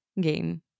game